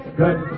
good